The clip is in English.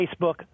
Facebook